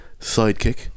sidekick